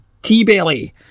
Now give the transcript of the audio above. T-Belly